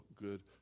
good